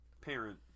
parent